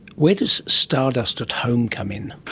where does stardust at home come in?